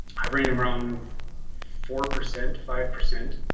i've read around four percent five percent.